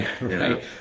Right